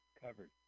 Covered